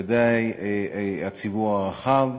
ודאי הציבור הרחב.